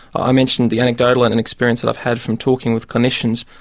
i mentioned the anecdotal and and experience that i've had from talking with clinicians.